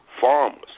farmers